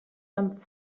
sant